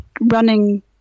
running